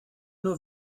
nur